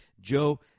Joe